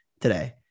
today